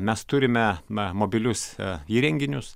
mes turime na mobilius įrenginius